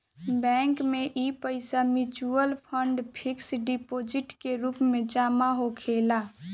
bank में इ पईसा मिचुअल फंड, फिक्स डिपोजीट के रूप में जमा होखेला